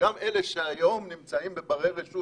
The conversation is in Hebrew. וגם אלה שהיום נמצאים בברי רשות